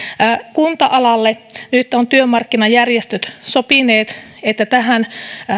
kunta alalle ovat työmarkkinajärjestöt nyt sopineet että tähän